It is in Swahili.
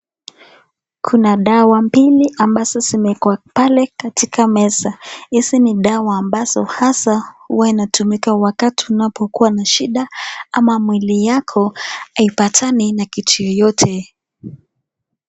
Kuna dawa mbili mbazo zimekuwa pale Kwa meza, hizi ni dawa ambazo haswa huwa inatumika wakati unapokuwa na shida ama mwili wako haipatani na kitu yoyote .